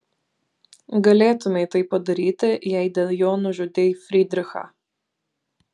galėtumei tai padaryti jei dėl jo nužudei frydrichą